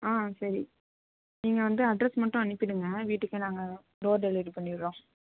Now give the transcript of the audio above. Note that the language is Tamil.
ஆ சரி நீங்கள் வந்து அட்ரெஸ் மட்டும் அனுப்பிவிடுங்க வீட்டுக்கே நாங்கள் டோர் டெலிவரி பண்ணிடுறோம்